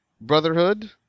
Brotherhood